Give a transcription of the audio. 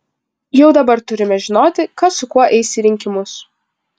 jau dabar turime žinoti kas su kuo eis į rinkimus